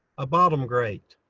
a bottom grate.